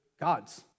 God's